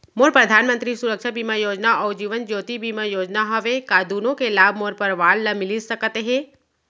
मोर परधानमंतरी सुरक्षा बीमा योजना अऊ जीवन ज्योति बीमा योजना हवे, का दूनो के लाभ मोर परवार ल मिलिस सकत हे?